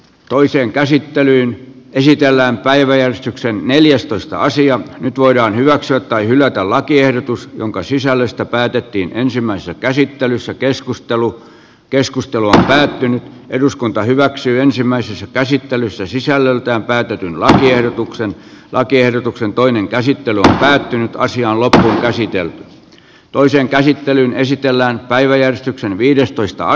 toiseen käsittelyyn esitellään päiväjärjestyksen neljäs toista nyt voidaan hyväksyä tai hylätä lakiehdotus jonka sisällöstä päätettiin ensimmäisessä käsittelyssä keskustelu keskustelua ja eduskunta hyväksyy ensimmäisessä käsittelyssä sisällöltään väitetyn lahjehdotuksen lakiehdotuksen toinen käsittely on päättynyt asianlaita esityön toiseen käsittelyyn esitellään päiväjärjestyksen viidestoista